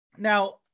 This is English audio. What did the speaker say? Now